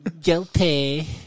Guilty